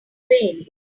wayne